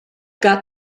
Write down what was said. got